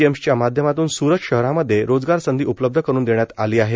जेम्सच्या माध्यमातून सुरत शहरामध्ये रोजगार संधी उपलब्ध करुण देण्यात आली आहेत